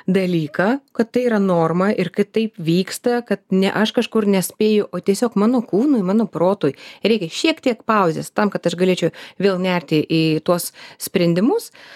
dalyką kad tai yra norma ir kad taip vyksta kad ne aš kažkur nespėju o tiesiog mano kūnui mano protui reikia šiek tiek pauzės tam kad aš galėčiau vėl nerti į tuos sprendimus